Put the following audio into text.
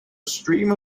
streamer